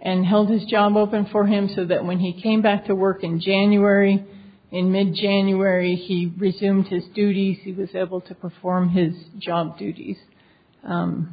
and held his job open for him so that when he came back to work in january in mid january he resumed his duties he was able to perform his job duties